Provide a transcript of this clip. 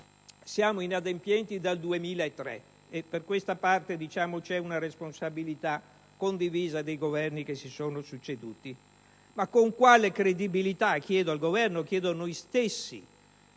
Siamo inadempienti dal 2003 e per questa parte c'è una responsabilità condivisa dei Governi che si sono succeduti. Con quale credibilità, chiedo al Governo e a noi stessi,